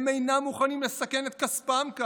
הם אינם מוכנים לסכן כאן את כספם.